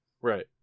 Right